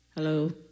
Hello